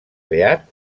beat